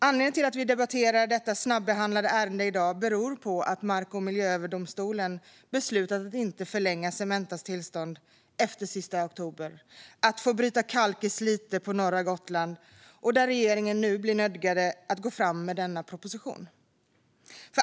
Anledningen till att vi debatterar detta snabbehandlade ärende i dag är att Mark och miljööverdomstolen beslutat att efter den sista oktober inte förlänga Cementas tillstånd att bryta kalk i Slite på norra Gotland, vilket gör regeringen nödgad att gå fram med denna proposition.